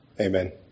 Amen